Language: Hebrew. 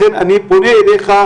לכן אני פונה אליך,